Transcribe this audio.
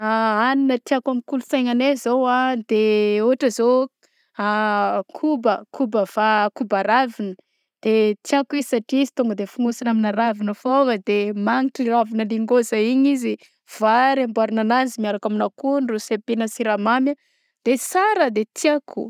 Hanina tiàko amin'ny kolotsaignanay zao de ôhatra zao a koba koba va- koba ravina de tiako izy satria izy tonga de fonosina amin'ny ravigna foagna de magnitra ravigna lingôza igny izy; vary amboarina agnazy miaraka amin'ny akondro sy apina siramamy de sara de tiako.